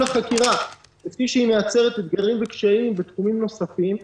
החקירה כפי שהיא מייצרת אתגרים וקשיים בתחומים נוספים.